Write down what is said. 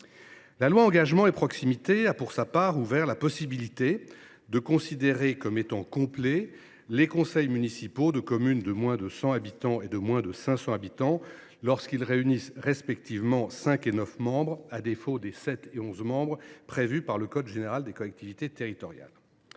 la vie locale et à la proximité de l’action publique a ouvert la possibilité de considérer comme étant complets les conseils municipaux des communes de moins de 100 habitants et de moins de 500 habitants lorsqu’ils réunissent respectivement cinq et neuf membres, à défaut des sept et onze membres prévus par le code général des collectivités territoriales.